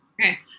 Okay